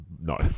No